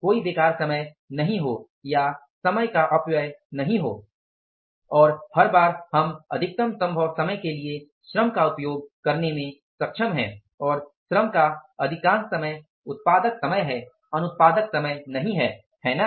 कोई बेकार समय नहीं है या समय का अपव्यय नही है और हर बार हम अधिकतम संभव समय के लिए श्रम का उपयोग करने में सक्षम हैं और श्रम का अधिकांश समय उत्पादक समय है अनुत्पादक समय नहीं है ना